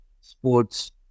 sports